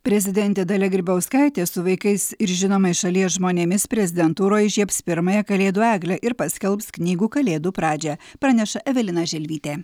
prezidentė dalia grybauskaitė su vaikais ir žinomais šalies žmonėmis prezidentūroj įžiebs pirmąją kalėdų eglę ir paskelbs knygų kalėdų pradžią praneša evelina želvytė